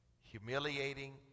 humiliating